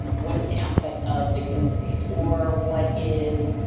what is an aspect of the guilded age? or what is,